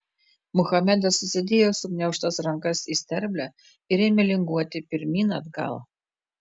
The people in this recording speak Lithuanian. muhamedas susidėjo sugniaužtas rankas į sterblę ir ėmė linguoti pirmyn atgal